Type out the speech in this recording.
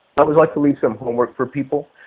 i always like to leave some homework for people.